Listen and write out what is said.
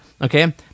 okay